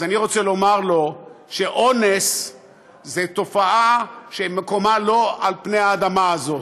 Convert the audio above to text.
אז אני רוצה לומר לו שאונס זה תופעה שמקומה איננו על פני האדמה הזאת.